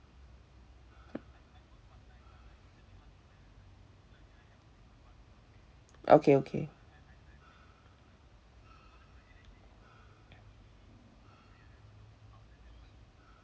okay okay